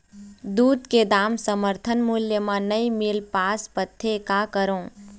दूध के दाम समर्थन मूल्य म नई मील पास पाथे, का करों?